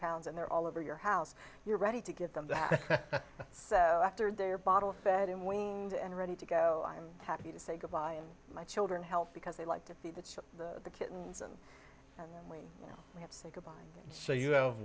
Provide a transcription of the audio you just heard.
pounds and they're all over your house you're ready to give them that so after they're bottle fed him weaned and ready to go i'm happy to say goodbye and my children help because they like to feed the kittens and show you